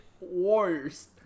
Warriors